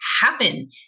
happen